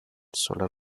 solar